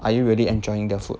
are you really enjoying their food